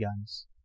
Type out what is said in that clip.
guns